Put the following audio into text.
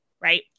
right